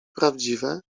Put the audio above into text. prawdziwe